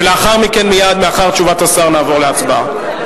לאחר מכן, מייד לאחר תשובת השר, נעבור להצבעה.